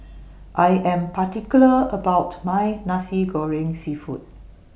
I Am particular about My Nasi Goreng Seafood